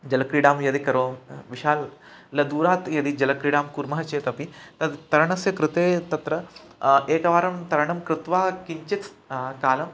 जलक्रीडां यदि करोमि विशाल लदूरात् यदि जलक्रीडां कुर्मः चेत् अपि तत् तरणस्य कृते तत्र एकवारं तरणं कृत्वा किञ्चित्स् कालं